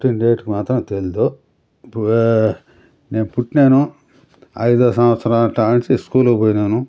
పుట్టిన డేట్ మాత్రం తెలియదు నేను పుట్టినాను ఐదో సంవత్సరం కాడ నుంచి స్కూల్కి పోయినాను